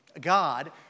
God